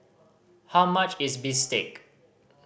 how much is bistake